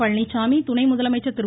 பழனிசாமி துணை முதலமைச்சர் திரு